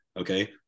okay